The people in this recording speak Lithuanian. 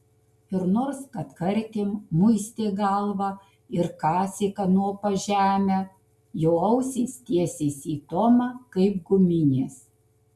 ir nors kartkartėm muistė galvą ir kasė kanopa žemę jo ausys tiesėsi į tomą kaip guminės